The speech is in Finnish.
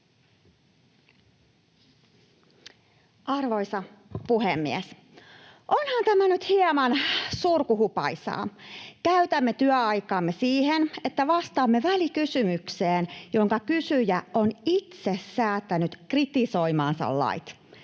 Arvoisa puhemies! Onhan tämä nyt hieman surkuhupaisaa: käytämme työaikaamme siihen, että vastaamme välikysymykseen, jonka kysyjä on itse säätänyt kritisoimansa lait